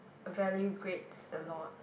value grades a lot